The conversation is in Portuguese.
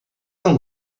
não